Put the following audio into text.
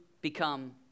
become